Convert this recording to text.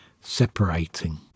separating